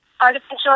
artificial